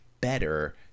better